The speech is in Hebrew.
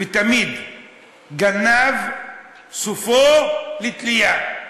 ותמיד גנב סופו לתלייה.